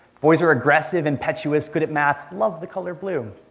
boys are aggressive, impetuous, good at math, love the color blue.